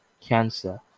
cancer